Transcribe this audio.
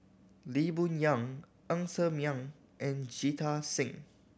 Lee Boon Yang Ng Ser Miang and Jita Singh